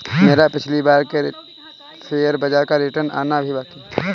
मेरा पिछली बार के शेयर बाजार का रिटर्न आना अभी भी बाकी है